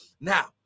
Now